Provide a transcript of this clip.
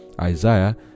Isaiah